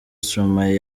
stromae